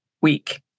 week